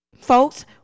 Folks